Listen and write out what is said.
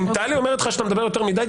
אם טלי אומרת לך שאתה מדבר יותר מדי,